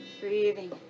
Breathing